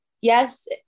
yes